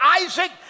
Isaac